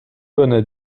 bonnet